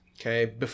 okay